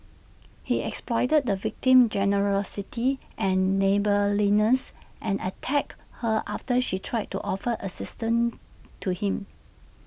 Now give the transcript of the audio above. he exploited the victim's generosity and neighbourliness and attacked her after she tried to offer assistance to him